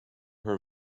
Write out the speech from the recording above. her